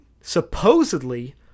supposedly